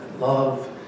love